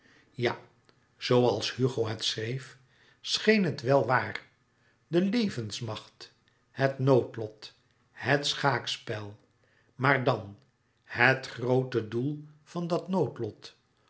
ja zooals hugo het schreef scheen het wel waar de levensmacht het noodlot het schaakspel maar dan het groote doel van dat noodlot